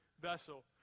vessel